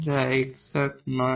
যা এক্সাট নয়